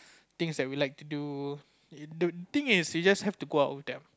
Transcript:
things that we like to do thing is you just have to go out with them